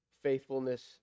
faithfulness